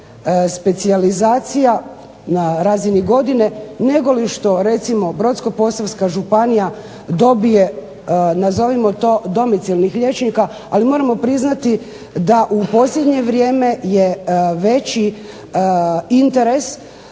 na razini godine negoli što recimo Brodsko-posavska županija dobije nazovimo to domicijelnih liječnika. Ali moramo priznati da u posljednje vrijeme je veći interes